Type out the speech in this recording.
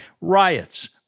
riots